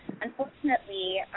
Unfortunately